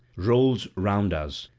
rolls round us,